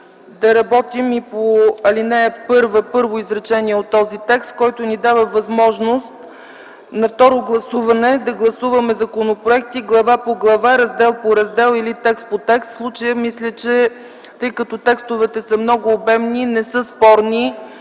да работим и по ал. 1, изречение първо от този текст, което ни дава възможност на второ гласуване да гласуваме законопроекти глава по глава, раздел по раздел или текст по текст. Тъй като текстовете са много обемни, не са спорни,